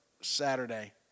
Saturday